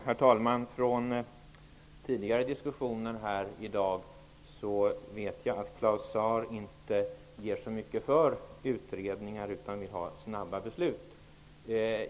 Herr talman! Från tidigare diskussioner här i dag vet jag att Claus Zaar inte ger så mycket för utredningar utan vill ha snabba beslut.